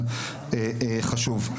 אבל חשוב.